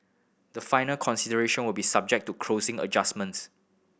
the final consideration will be subject to closing adjustments